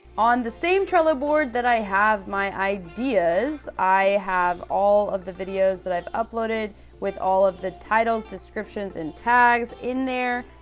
on the same trello board that i have my ideas, i have all of the videos that i've uploaded with all of the titles, descriptions and tags in there.